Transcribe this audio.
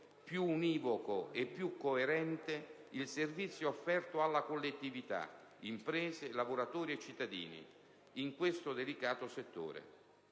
più univoco e più coerente il servizio offerto alla collettività (imprese, lavoratori e cittadini) in questo delicato settore.